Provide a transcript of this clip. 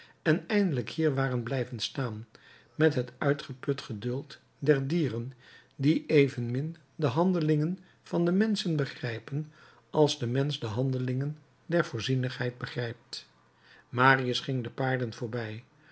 en eindelijk hier waren blijven staan met het uitgeput geduld der dieren die evenmin de handelingen van den mensch begrijpen als de mensch de handelingen der voorzienigheid begrijpt marius ging de paarden voorbij